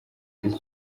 z’iki